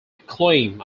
acclaim